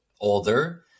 older